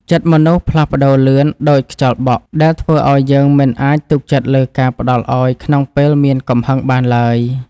ចិត្តមនុស្សផ្លាស់ប្តូរលឿនដូចខ្យល់បក់ ដែលធ្វើឱ្យយើងមិនអាចទុកចិត្តលើការផ្ដល់ឱ្យក្នុងពេលមានកំហឹងបានឡើយ។